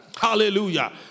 Hallelujah